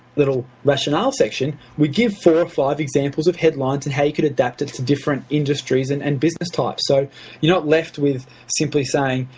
little rationale section, we give four or five examples of headlines and how you can adapt it to different industries and and business types. so you're not left with simply saying,